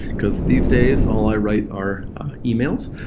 because these days all i write are emails.